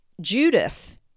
Judith